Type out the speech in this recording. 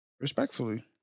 Respectfully